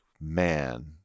man